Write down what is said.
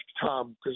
Tom